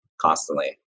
constantly